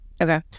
Okay